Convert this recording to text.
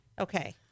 Okay